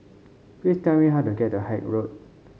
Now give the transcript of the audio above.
please tell me how to get to Haig Road